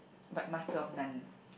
but master of none